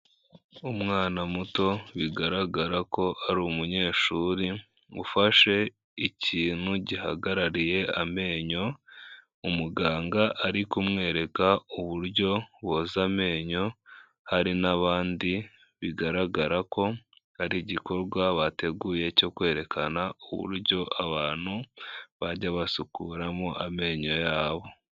Umwana muto bigaragara ko ari umunyeshuri ufashe ikintu gihagarariye amenyo, umuganga ari kumwereka uburyo boza amenyo hari n'abandi bigaragara ko ari igikorwa bateguye cyo kwerekana uburyo abantu bajya basukuramo amenyo yabo.